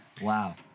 Wow